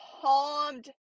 calmed